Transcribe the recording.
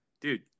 Dude